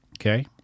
Okay